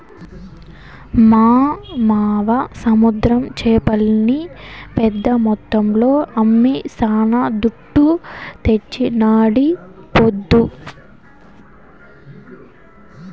మా మావ సముద్ర చేపల్ని పెద్ద మొత్తంలో అమ్మి శానా దుడ్డు తెచ్చినాడీపొద్దు